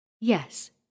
Yes